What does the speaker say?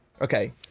Okay